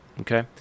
Okay